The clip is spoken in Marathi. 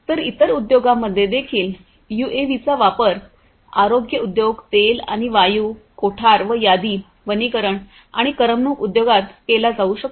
तर इतर उद्योगांमध्ये देखील यूएव्हीचा वापर आरोग्य उद्योग तेल आणि वायू कोठार व यादी वनीकरण आणि करमणूक उद्योगात केला जाऊ शकतो